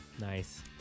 Nice